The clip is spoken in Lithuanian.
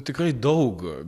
tikrai daug